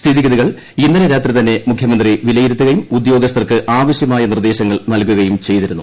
സ്ഥിതിഗതികൾ ഇന്നലെ രാത്രിതന്നെ മുഖ്യമന്ത്രി വിലയിരുത്തുകയും ഉദ്യോഗസ്ഥർക്ക് ആവശ്യമായ നിർദ്ദേശങ്ങൾ നൽകുകയും ചെയ്തിരുന്നു